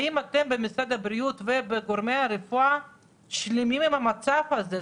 האם אתם במשרד הבריאות ובגורמי הרפואה שלמים עם המצב הזה?